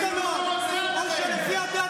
הפסדתם, אתם באופוזיציה,